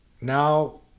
now